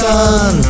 Sun